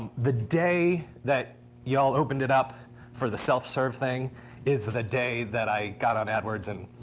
the day that y'all opened it up for the self serve thing is the the day that i got on adwords and,